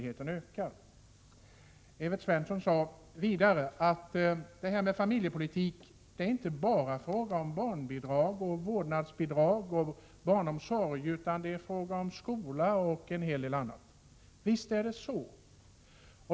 Evert Svensson sade vidare att familjepolitiken inte bara gäller barnbidrag, vårdnadsbidrag och barnomsorg, utan den gäller också skola och en hel del annat. Visst är det så.